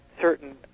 certain